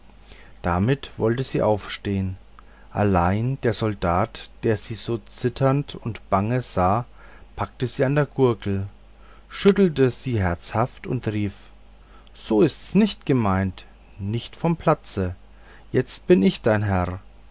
damit wollte sie aufstehen allein der soldat der sie so zitternd und bange sah packte sie an der gurgel schüttelte sie herzhaft und rief so ist's nicht gemeint nicht vom platze jetzt bin ich dein herr